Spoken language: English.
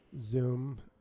zoom